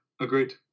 agreed